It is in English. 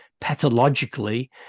pathologically